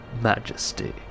Majesty